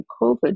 COVID